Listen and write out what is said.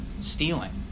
stealing